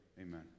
Amen